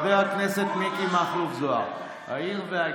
הלו, תירגע.